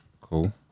Cool